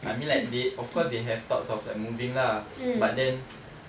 I mean like they of course they have thoughts of like moving lah but then